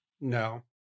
No